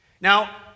now